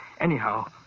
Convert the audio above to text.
Anyhow